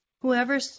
Whoever